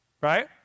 Right